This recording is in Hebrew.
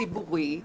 ציבורי,